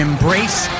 Embrace